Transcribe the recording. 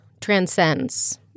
transcends